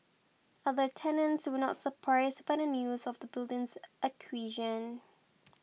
other tenants were not surprised by the news of the building's acquisition